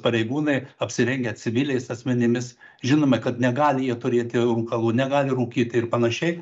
pareigūnai apsirengę civiliais asmenimis žinome kad negali jie turėti rūkalų negali rūkyt ir panašiai